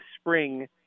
spring